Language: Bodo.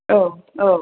औ औ